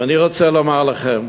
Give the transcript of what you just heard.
ואני רוצה לומר לכם,